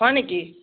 হয় নেকি